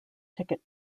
ticket